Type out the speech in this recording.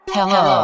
Hello